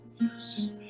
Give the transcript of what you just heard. yes